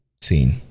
scene